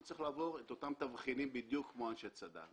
הוא צריך לעבור את אותם תבחינים בדיוק כמו אנשי צד"ל.